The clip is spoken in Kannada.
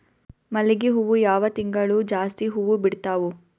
ಮಲ್ಲಿಗಿ ಹೂವು ಯಾವ ತಿಂಗಳು ಜಾಸ್ತಿ ಹೂವು ಬಿಡ್ತಾವು?